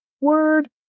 Word